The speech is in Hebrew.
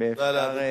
תודה לאדוני.